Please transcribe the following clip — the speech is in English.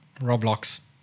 Roblox